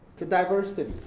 to diversity,